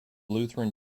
lutheran